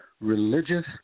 religious